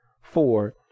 Four